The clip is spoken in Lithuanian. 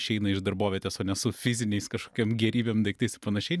išeina iš darbovietės o ne su fiziniais kažkokiom gėrybėm daiktais ir panašiai